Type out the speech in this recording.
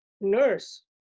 nurse